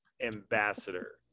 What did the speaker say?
ambassador